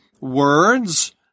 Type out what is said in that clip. words